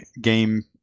game